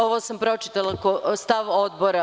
Ovo sam pročitala, stav Odbora.